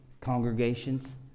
congregations